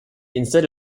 instead